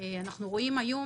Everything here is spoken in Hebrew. אנחנו רואים היום,